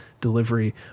delivery